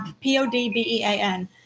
P-O-D-B-E-A-N